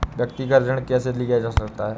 व्यक्तिगत ऋण कैसे लिया जा सकता है?